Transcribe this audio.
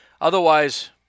otherwise